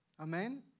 Amen